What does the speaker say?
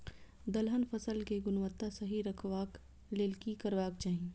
दलहन फसल केय गुणवत्ता सही रखवाक लेल की करबाक चाहि?